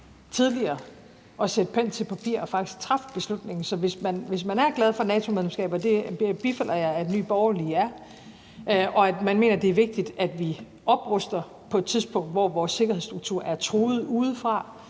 tidligere at sætte pen til papir og faktisk træffe beslutningen. Så hvis man er glad for NATO-medlemskabet, og det bifalder jeg at Nye Borgerlige er, og man mener, det er vigtigt, at vi opruster på et tidspunkt, hvor vores sikkerhedsstruktur er truet udefra,